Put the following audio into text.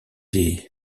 les